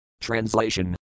Translation